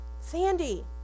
Sandy